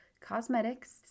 Cosmetics